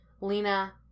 Lena